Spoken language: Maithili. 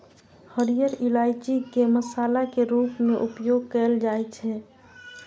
हरियर इलायची के मसाला के रूप मे उपयोग कैल जाइ छै